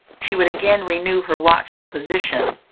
she would again renew her watchful position,